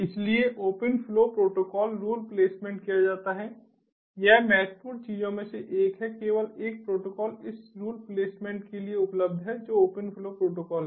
इसलिए open flow protocol rule placement किया जाता है यह महत्वपूर्ण चीजों में से एक है केवल एक प्रोटोकॉल इस रूल प्लेसमेंट के लिए उपलब्ध है जो ओपन फ्लो प्रोटोकॉल है